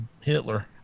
Hitler